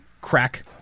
crack